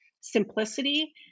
simplicity